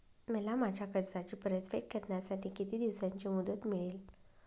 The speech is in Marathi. मला माझ्या कर्जाची परतफेड करण्यासाठी किती दिवसांची मुदत मिळेल?